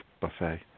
Buffet